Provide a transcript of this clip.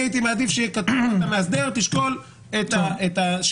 אני הייתי מעדיף שיהיה כתוב שהמאסדר ישקול את שיקולי